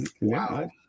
Wow